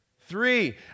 Three